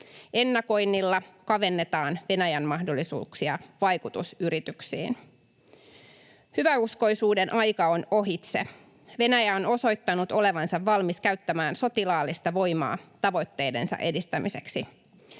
Ennakoinnilla kavennetaan Venäjän mahdollisuuksia vaikutusyrityksiin. Hyväuskoisuuden aika on ohitse. Venäjä on osoittanut olevansa valmis käyttämään sotilaallista voimaa tavoitteidensa edistämiseksi.